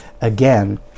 again